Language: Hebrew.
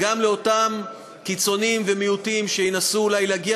גם לאותם קיצונים ומיעוטים שינסו אולי להגיע